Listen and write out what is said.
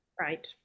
right